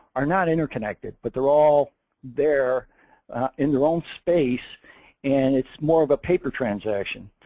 are not interconnected but they're all there in their own space and it's more of a paper transaction.